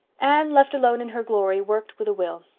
anne, left alone in her glory, worked with a will.